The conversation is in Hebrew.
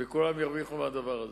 וכולם ירוויחו מהדבר הזה.